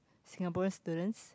Singaporean students